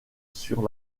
sur